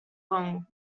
long